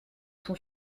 son